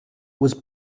was